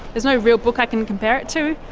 there's no real book i can compare it to.